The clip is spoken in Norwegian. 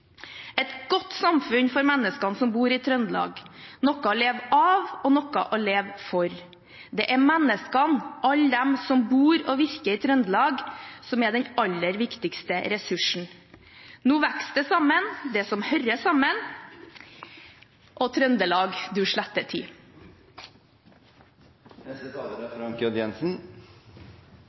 Et godt samfunn for menneskene som bor i Trøndelag. Noe å leve av og noe å leve for. Det er menneskene, alle de som bor og virker i Trøndelag, som er den aller viktigste ressursen. Nå vokser det sammen, det som hører sammen. Å Trøndelag, du slette tid! Det sies om trønderen at han er